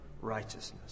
righteousness